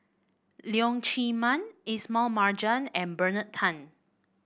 Leong Chee Mun Ismail Marjan and Bernard Tan